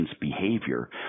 behavior